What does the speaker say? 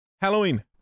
halloween